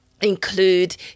include